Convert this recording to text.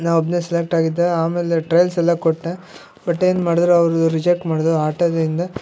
ನಾ ಒಬ್ಬನೇ ಸಿಲೆಕ್ಟಾಗಿದ್ದೆ ಆಮೇಲೆ ಟ್ರೈಲ್ಸೆಲ್ಲಾ ಕೊಟ್ಟೆ ಬಟ್ ಏನ್ಮಾಡದರೂ ಅವರು ರಿಜೆಕ್ಟ್ ಮಾಡಿದರು ಆಟದಿಂದ